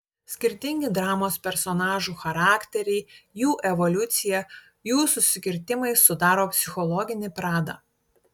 skirtingi dramos personažų charakteriai jų evoliucija jų susikirtimai sudaro psichologinį pradą